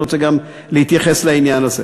רוצה גם להתייחס לעניין הזה.